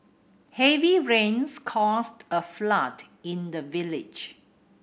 heavy rains caused a flood in the village